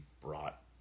brought